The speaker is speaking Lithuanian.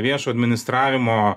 viešo administravimo